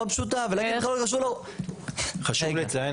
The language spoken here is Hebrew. מאוד פשוטה --- חשוב לציין,